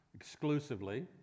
exclusively